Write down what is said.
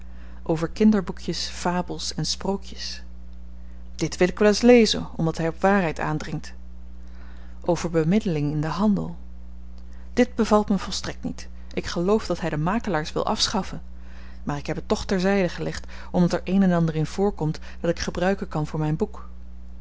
over kinderboekjes fabels en sprookjes dit wil ik wel eens lezen omdat hy op waarheid aandringt over bemiddeling in den handel dit bevalt me volstrekt niet ik geloof dat hy de makelaars wil afschaffen maar ik heb het toch ter zyde gelegd omdat er een en ander in voorkomt dat ik gebruiken kan voor myn boek